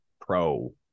Pro